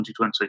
2020